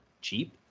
cheap